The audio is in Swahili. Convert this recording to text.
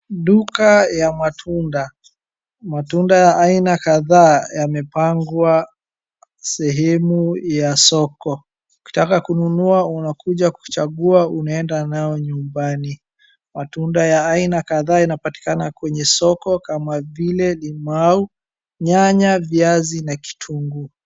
Duka ya matunda, matunda aina kadhaa yamepangwa sehemu ya soko. Ukitaka kunua unakuja kuchagua unaenda nayo nyumbani. Matunda ya aina kadhaa inapatikana kwenye soko kama vile limau, nyanya, viazi, na kitunguu.